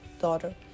daughter